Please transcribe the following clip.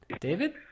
David